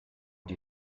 die